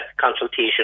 consultation